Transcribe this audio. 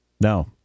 No